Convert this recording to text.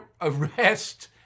arrest